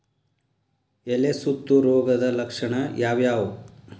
ಎಲೆ ಸುತ್ತು ರೋಗದ ಲಕ್ಷಣ ಯಾವ್ಯಾವ್?